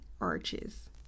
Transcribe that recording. arches